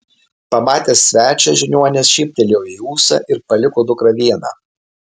pamatęs svečią žiniuonis šyptelėjo į ūsą ir paliko dukrą vieną